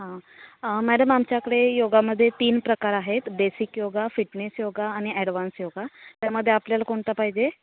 हां मॅडम आमच्याकडे योगामध्ये तीन प्रकार आहेत बेसिक योगा फिटनेस योगा आणि ॲडवान्स योगा त्यामध्ये आपल्याला कोणता पाहिजे